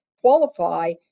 qualify